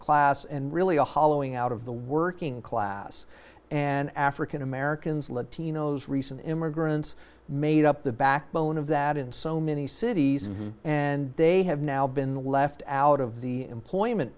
class and really a hollowing out of the working class and african americans latinos recent immigrants made up the backbone of that in so many cities and they have now been left out of the employment